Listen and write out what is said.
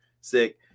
Sick